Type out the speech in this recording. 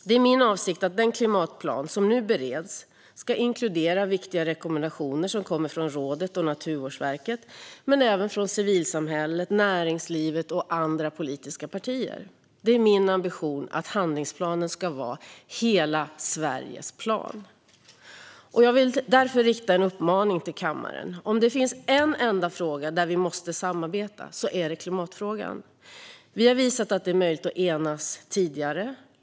Det är min avsikt att den klimatplan som nu bereds ska inkludera viktiga rekommendationer som kommer från Klimatpolitiska rådet och Naturvårdsverket men även från civilsamhället, näringslivet och andra politiska partier. Det är min ambition att handlingsplanen ska vara hela Sveriges plan. Jag vill därför rikta en uppmaning till kammaren. Om det finns en enda fråga där vi måste samarbeta är det klimatfrågan. Vi har visat att det är möjligt att enas tidigare.